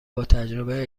باتجربه